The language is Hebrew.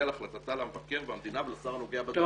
על החלטתה למבקר המדינה ולשר הנוגע בדבר'.